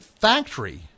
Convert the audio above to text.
factory